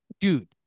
Dude